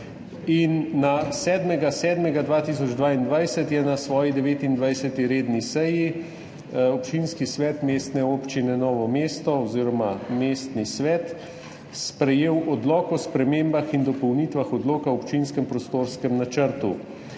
Na 7. 7. 2022 je na svoji 29. redni seji Občinski svet Mestne občine Novo mesto oziroma mestni svet sprejel Odlok o spremembah in dopolnitvah Odloka o občinskem prostorskem načrtu.